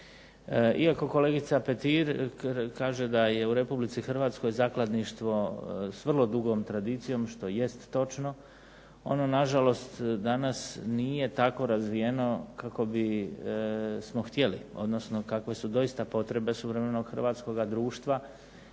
Iako kolegica Petir kaže da je u Republici Hrvatskoj zakladništvo s vrlo dugom tradicijom što jest točno, ono nažalost danas nije tako razvijeno kako bismo htjeli odnosno kakve su doista potrebe suvremenog hrvatskoga društva.